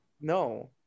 No